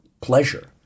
pleasure